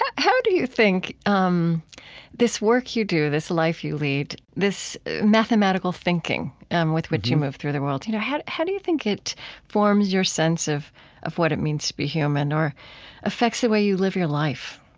how do you think um this work you do, this life you lead, this mathematical thinking um with which you move through the world you know how how do you think it forms your sense of of what it means to be human or affects the way you live your life?